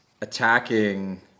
attacking